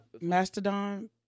Mastodon